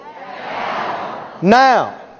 Now